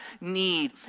need